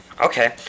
Okay